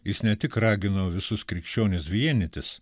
jis ne tik ragino visus krikščionis vienytis